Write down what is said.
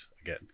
again